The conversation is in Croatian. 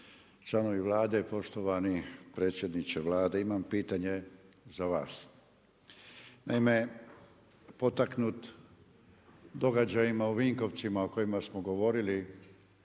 članovi Vlade. Poštovani predsjedniče Vlade imam pitanje za vas. Naime, potaknut događajima u Vinkovcima o kojima smo govorili